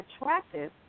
attractive